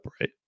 right